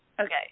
Okay